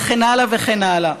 וכן הלאה וכן הלאה.